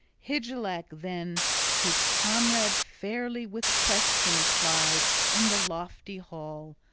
hygelac then his comrade fairly with question plied in the lofty hall,